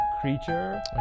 creature